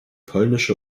polnische